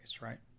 right